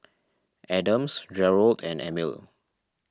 Adams Jerold and Emile